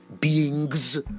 beings